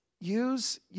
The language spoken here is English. use